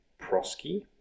Prosky